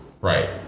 Right